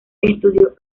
estudió